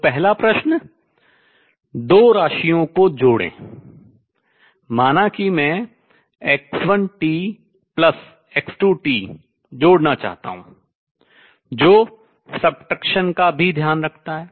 तो पहला प्रश्न दो राशियों को जोड़ें माना कि मैं x1 x2 जोड़ना चाहता हूँ जो subtraction घटाव का भी ध्यान रखता है